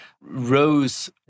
rose